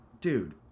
dude